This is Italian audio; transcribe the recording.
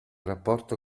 rapporto